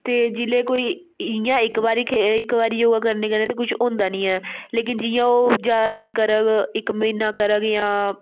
ते जिसलै कोई इ'यां इक बारी इक बारी योगा करने कन्नै ते कुछ होंदा नेंई ऐ लेकिन जि'यां ओह् जैदा दिन करग इक म्हीना करग जां